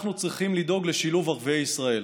בעיניי, אנחנו צריכים לדאוג לשילוב ערביי ישראל,